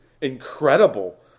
incredible